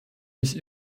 mich